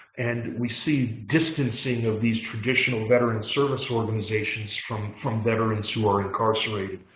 and we see distancing of these traditional veterans service organizations from from veterans who are incarcerated.